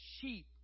sheep